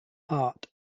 hart